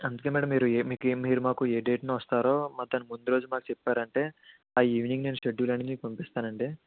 అందుకే మేడం మీరు ఏ మీకు ఏ మీరు మాకు ఏ డేట్న వస్తారో మాకు దాని ముందు రోజు మాకు చెప్పారంటే ఆ ఈవెనింగ్ నేను షెడ్యూల్ అనేది మీకు పంపిస్తానండి